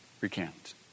recant